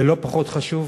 ולא פחות חשוב,